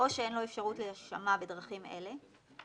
או שאין לו אפשרות להישמע בדרכים אלה,